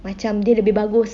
macam dia lebih bagus